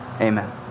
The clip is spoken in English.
amen